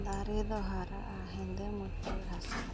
ᱫᱟᱨᱮ ᱫᱚ ᱦᱟᱨᱟᱜᱼᱟ ᱦᱮᱸᱫᱮ ᱢᱟᱹᱴᱤᱭᱟᱹᱲ ᱦᱟᱥᱟ ᱨᱮ